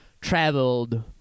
traveled